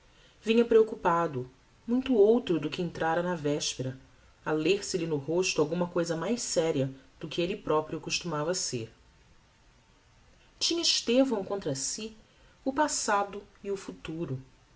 vinha preocupado muito outro do que entrára na vespera a ler se lhe no rosto alguma cousa mais séria do que elle proprio costumava ser tinha estevão contra si o passado e o futuro